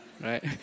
right